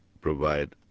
provide